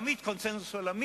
אבל הוא תמיד קונסנזוס עולמי,